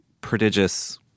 prodigious